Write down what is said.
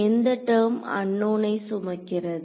எந்த டெர்ம் அன்னோன்னை சுமக்கிறது